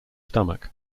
stomach